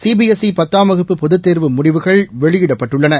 CP S E பத்தாம் வகுப்பு பொதுத்தோ்வு முடிவுகள் வெளியிடப்பட்டுள்ளன